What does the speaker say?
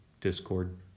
Discord